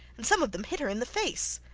and some of them hit her in the face.